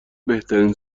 بهترین